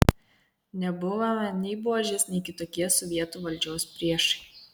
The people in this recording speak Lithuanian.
nebuvome nei buožės nei kitokie sovietų valdžios priešai